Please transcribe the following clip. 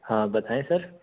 हाँ बताएँ सर